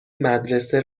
مدرسه